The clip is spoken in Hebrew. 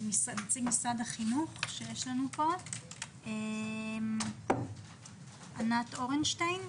לנציג משרד החינוך, ענת אורנשטיין.